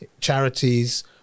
charities